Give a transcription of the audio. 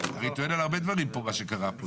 אני טוען על הרבה דברים פה מה שקרה פה.